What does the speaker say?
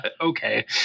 Okay